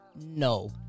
No